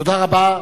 תודה רבה.